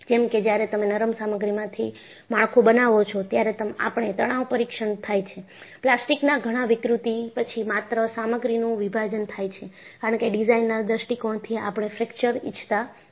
કેમ કે જ્યારે તમે નરમ સામગ્રીમાંથી માળખું બનાવો છો ત્યારે આપણે તણાવ પરીક્ષણ થાય છે પ્લાસ્ટિકના ઘણાં વિકૃતિ પછી માત્ર સામગ્રીનું વિભાજન થાય છે કારણ કે ડિઝાઇનના દૃષ્ટિકોણથી આપણે ફ્રેકચર ઇચ્છતા નથી